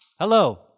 Hello